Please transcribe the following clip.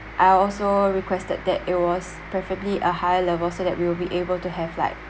I also requested that it was preferably a high level so that we will be able to have like